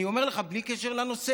אני אומר לך, בלי קשר לנושא.